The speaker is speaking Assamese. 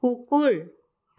কুকুৰ